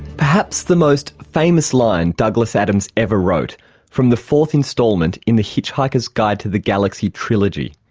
perhaps the most famous line douglas adams ever wrote from the fourth instalment in the hitchhiker's guide to the galaxy trilogy.